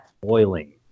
Boiling